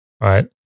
Right